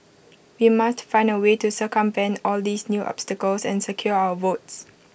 we must find A way to circumvent all these new obstacles and secure our votes